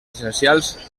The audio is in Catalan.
essencials